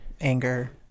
anger